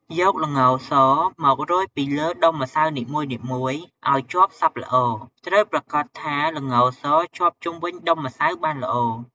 យក ល្ងស មករោយលើដុំម្សៅនីមួយៗ ឱ្យជាប់សប់ល្អ ត្រូវប្រាកដថាល្ងសជាប់ជុំវិញដុំម្សៅបានល្អ។